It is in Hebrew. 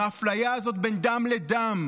עם האפליה הזאת בין דם לדם,